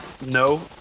No